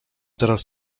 teraz